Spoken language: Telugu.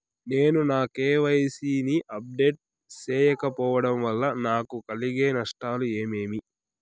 నేను నా కె.వై.సి ని అప్డేట్ సేయకపోవడం వల్ల నాకు కలిగే నష్టాలు ఏమేమీ?